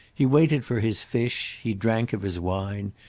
he waited for his fish, he drank of his wine,